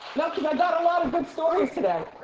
no cause i got a lot of good stories today.